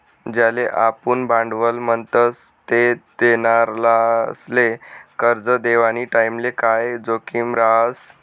ज्याले आपुन भांडवल म्हणतस ते देनारासले करजं देवानी टाईमले काय जोखीम रहास